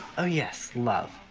oh yes, love.